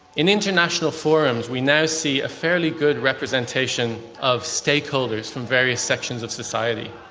in international forums we now see a fairly good representation of stakeholders from various sections of society.